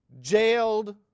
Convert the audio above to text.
Jailed